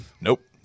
Nope